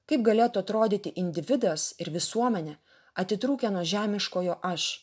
kaip galėtų atrodyti individas ir visuomenė atitrūkę nuo žemiškojo aš